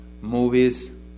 movies